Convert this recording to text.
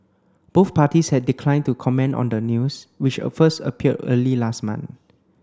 both parties had declined to comment on the news which first appeared early last month